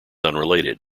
unrelated